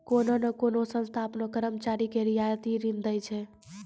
कोन्हो कोन्हो संस्था आपनो कर्मचारी के रियायती ऋण दै छै